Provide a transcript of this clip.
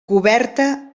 coberta